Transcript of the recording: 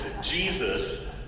Jesus